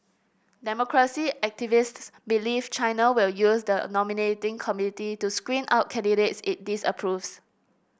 democracy activists believe China will use the nominating committee to screen out candidates it disapproves